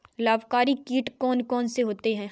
लाभकारी कीट कौन कौन से होते हैं?